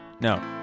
No